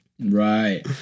Right